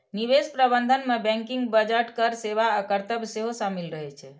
निवेश प्रबंधन मे बैंकिंग, बजट, कर सेवा आ कर्तव्य सेहो शामिल रहे छै